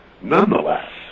Nonetheless